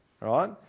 right